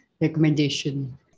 recommendation